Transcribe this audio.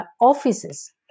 offices